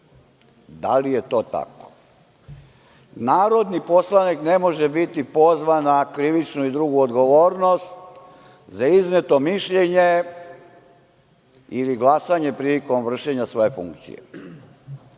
Da li je to tako? Narodni poslanik ne može biti pozvan na krivičnu i drugu odgovornost za izneto mišljenje ili glasanje prilikom vršenja svoje funkcije.